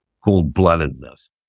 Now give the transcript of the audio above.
cold-bloodedness